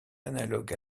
analogue